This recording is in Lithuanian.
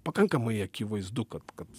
pakankamai akivaizdu kad kad